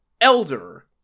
Elder